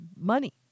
money